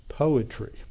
poetry